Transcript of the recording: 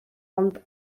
ond